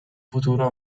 futuro